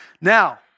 Now